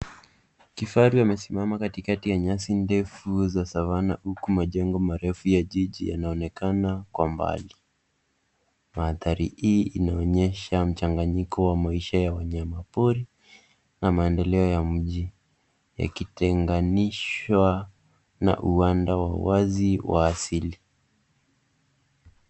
Kifaru amesimama kati ya nyasi ndefu za Savana huku majengo marefu ya jiji yanaonekana kwa mbali. Mandhari hii inaonyesha mchanganyiko wa maisha ya wanyamapori na maendeleo ya mji yakitenganishwa na uwanda wa wazi wa asili.